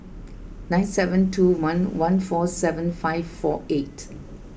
nine seven two one one four seven five four eight